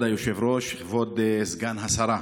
כבוד היושב-ראש, כבוד סגן השרה,